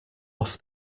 off